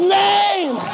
name